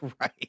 right